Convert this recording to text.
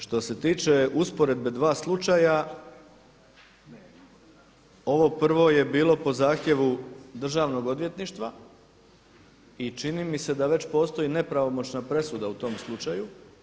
Što se tiče usporedbe dva slučaja ovo prvo je bilo po zahtjevu državnog odvjetništva i čini mi se da već postoji nepravomoćna presuda u tom slučaju.